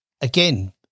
again